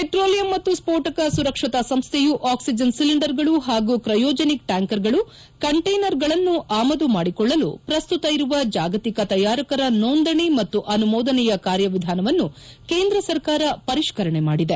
petroleum ಮತ್ತು ಸ್ಟೋಟಕ ಸುರಕ್ಷತಾ ಸಂಸ್ಲೆಯು ಆಕ್ಷಿಜನ್ ಸಿಲಿಂಡರ್ಗಳು ಮತ್ತು ಕ್ರಯೋಜೆನಿಕ್ ಟ್ಯಾಂಕರುಗಳು ಕಂಟೇನರ್ಗಳನ್ನು ಆಮದು ಮಾಡಿಕೊಳ್ಳಲು ಪ್ರಸ್ತುತ ಇರುವ ಜಾಗತಿಕ ತಯಾರಕರ ನೋಂದಣಿ ಮತ್ತು ಅನುಮೋದನೆಯ ಕಾರ್ಯವಿಧಾನವನ್ನು ಕೇಂದ್ರ ಸರಕಾರ ಪರಿಷ್ತರಣೆ ಮಾಡಿದೆ